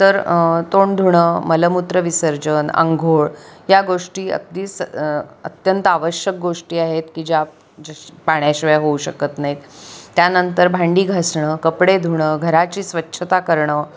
तर तोंड धुणं मलमूत्र विसर्जन आंघोळ या गोष्टी अगदी स अत्यंत आवश्यक गोष्टी आहेत की ज्या जश पाण्याशिवाय होऊ शकत नाहीत त्यानंतर भांडी घासणं कपडे धुणं घराची स्वच्छता करणं